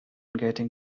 getting